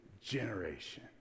generation